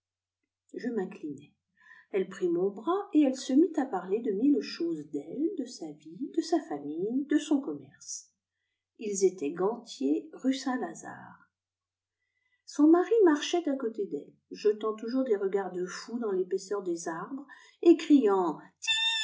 je m'inchnai elle prit mon bras et elle se mit à parler de mille choses d'elle de sa vie de sa famille de son commerce ils étaient gantiers rue saint-lazare son mari marchait à côté d'elle jetant toujours des regards de fou dans l'épaisseur des arbres et criant